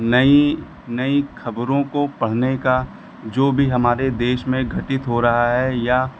नई नई खबरों को पढ़ने का जो भी हमारे देश में घटित हो रहा है या